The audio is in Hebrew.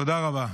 תודה רבה.